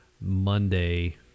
Monday